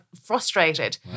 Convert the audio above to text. frustrated